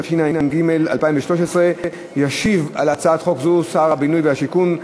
התשע"ג 2013. ישיב על הצעת חוק זו שר הבינוי והשיכון,